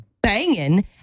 banging